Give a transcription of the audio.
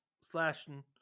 slashing